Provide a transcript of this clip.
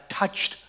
touched